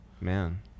Man